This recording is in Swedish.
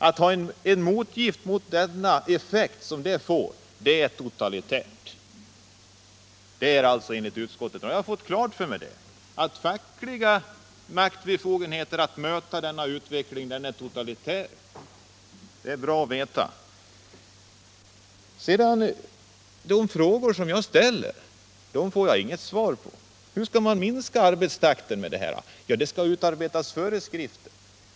Att vilja ha ett motgift mot den effekt som detta får — det anses totalitärt, enligt utskottet. Jag har fått klart för mig att det anses som totalitärt att vilja ha fackliga maktbefogenheter att möta denna utveckling. Det är bra att veta. Jag får inget svar på de frågor jag ställer. Hur skall man minska arbetstakten med hjälp av den här lagen? Jo, det skall utarbetas föreskrifter.